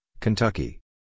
Kentucky